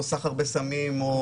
סחר בסמים,